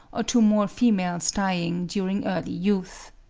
or to more females dying during early youth.